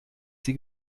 sie